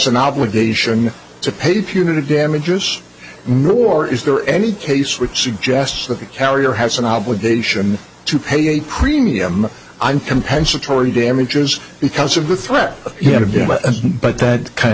an obligation to pay punitive damages nor is there any case which suggests that the carrier has an obligation to pay a premium i'm compensatory damages because of the threat yeah but that kind